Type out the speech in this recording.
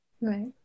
Right